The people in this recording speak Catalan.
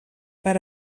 per